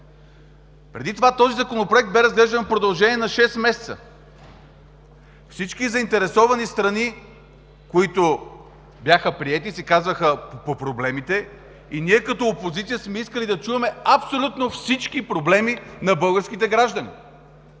Преди това този законопроект бе разглеждан в продължение на шест месеца. Всички заинтересовани страни, които бяха приети, си казваха проблемите и ние като опозиция сме искали да чуем абсолютно всички проблеми на българските граждани.